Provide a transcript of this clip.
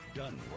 done